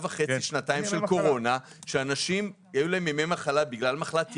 וחצי שאנשים ניצלו ימי מחלה גם בגלל מחלת ילד,